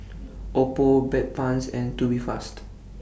Oppo Bedpans and Tubifast